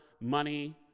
money